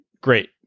Great